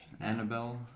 Annabelle